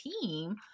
team